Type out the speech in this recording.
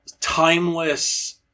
timeless